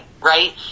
right